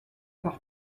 par